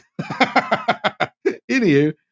Anywho